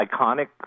iconic